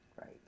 right